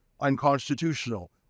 unconstitutional